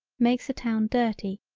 makes a town dirty,